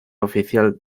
oficial